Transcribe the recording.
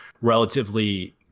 relatively